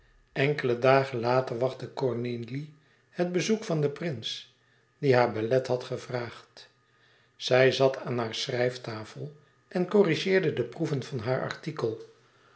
enkele dagen later wachtte cornélie het bezoek van den prins die haar belet had gevraagd zij zat aan hare schrijftafel en corrigeerde de proeven van haar artikel